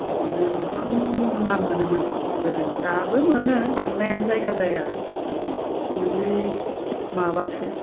बिदिनो गोबां ना मोनोमोन गोदो दाबो मोनो मोननाया जायगा जायगा नोङो माबासो